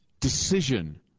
decision